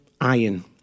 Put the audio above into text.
iron